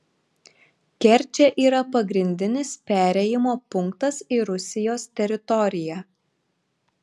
kerčė yra pagrindinis perėjimo punktas į rusijos teritoriją